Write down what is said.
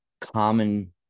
common